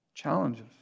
challenges